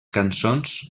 cançons